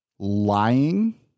Lying